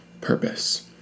purpose